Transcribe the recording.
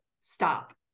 stop